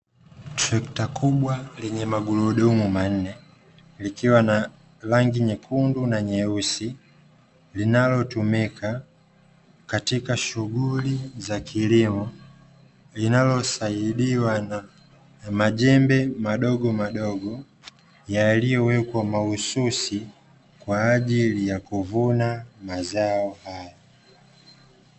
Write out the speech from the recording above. Trekta kubwa lenye magurudumu manne likiwa narangi nyekundu na nyeusi, linalotumika katika shughuli za kilimo linalosaidiwa na majembe madogo madogo yaliyowekwa mahususi kwa ajili ya kuvuna mazao hayo.